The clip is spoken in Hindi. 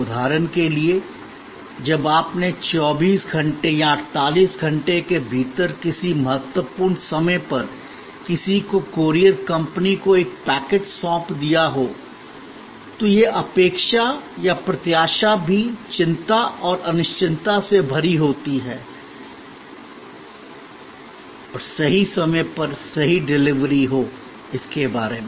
उदाहरण के लिए जब आपने 24 घंटे या 48 घंटे के भीतर किसी महत्वपूर्ण समय पर किसी को कूरियर कंपनी को एक पैकेट सौंप दिया हो तो यह अपेक्षा या प्रत्याशा भी चिंता और अनिश्चितता से भरी होती है और सही समय पर सही डिलीवरी हो इसके बारे में